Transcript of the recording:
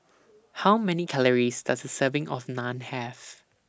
How Many Calories Does A Serving of Naan Have